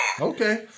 Okay